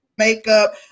makeup